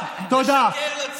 כמה אפשר לשקר לציבור?